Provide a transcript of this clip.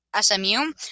SMU